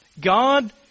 God